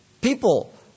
People